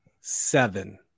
seven